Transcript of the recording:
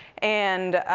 and